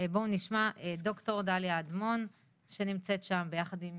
בואו נשמע את ד"ר דליה אדמון שנמצאת שם ביחד עם